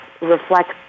reflect